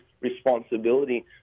responsibility